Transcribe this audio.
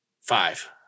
Five